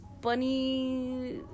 bunny